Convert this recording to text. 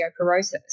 osteoporosis